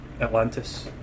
Atlantis